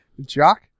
Jock